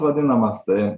vadinamas tai